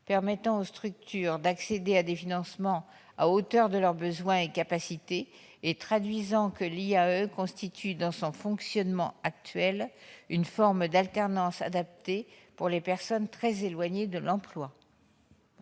permettant aux structures d'accéder à des financements à hauteur de leurs besoins et capacités et traduisant que l'IAE constitue dans son fonctionnement actuel une forme d'alternance adaptée pour les personnes très éloignées de l'emploi.